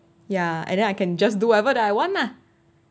ya and then I can just do whatever I want lah